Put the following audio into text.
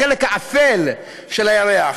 החלק האפל של הירח,